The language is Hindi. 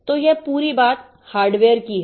तो यह पूरी बात हार्डवेयर की है